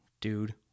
dude